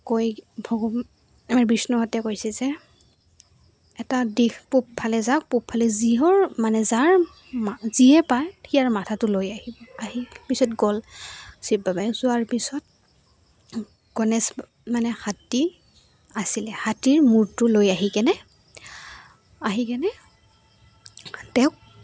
কৈ আমাৰ বিষ্ণুহঁতে কৈছে যে এটা দিশ পূবফালে যাও পূবফালে যিহৰ মানে যাৰ যিয়ে পায় সেয়াৰ মাথাটো লৈ আহি আহি পিছত গ'ল শিৱ বাবাই যোৱাৰ পিছত গণেশ মানে হাতী আছিলে হাতীৰ মূৰটো লৈ আহি কেনে আহি কেনে তেওঁক